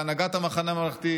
בהנהגת המחנה הממלכתי,